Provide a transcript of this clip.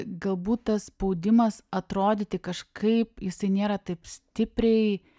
galbūt tas spaudimas atrodyti kažkaip jisai nėra taip stipriai